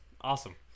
Awesome